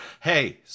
hey